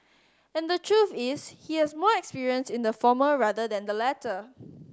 and the truth is he has more experience in the former rather than the latter